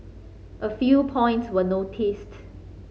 a few points we noticed